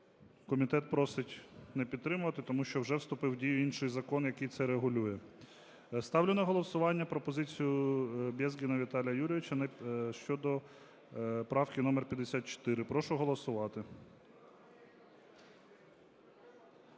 Комітет просить не підтримувати, тому що вже вступив в дію інший закон, який це регулює. Ставлю на голосування пропозицію Безгіна Віталія Юрійовича щодо правки номер 54. Прошу голосувати.